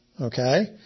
Okay